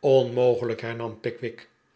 onmogelijk hernam pickwick